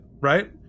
right